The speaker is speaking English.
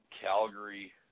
Calgary